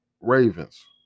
Ravens